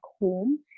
home